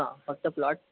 हा फक्त प्लॉट